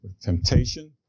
Temptation